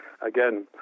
again